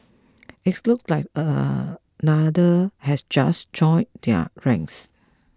its looks like another has just joined their ranks